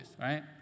right